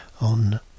on